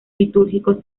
litúrgicos